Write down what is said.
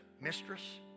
mistress